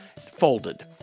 folded